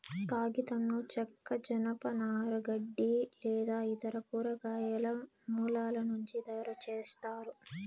కాగితంను చెక్క, జనపనార, గడ్డి లేదా ఇతర కూరగాయల మూలాల నుంచి తయారుచేస్తారు